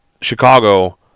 chicago